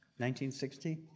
1960